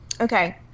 Okay